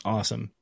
Awesome